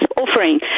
offering